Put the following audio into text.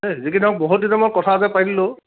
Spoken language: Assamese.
এই যি কি নওক বহুত দিনৰ মূৰত কথা যে পাৰিলোঁ